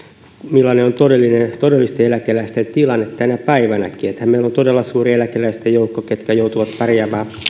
millainen on todellisten eläkeläisten tilanne tänäkin päivänä meillähän on todella suuri eläkeläisten joukko joka joutuu pärjäämään